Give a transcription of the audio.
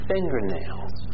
fingernails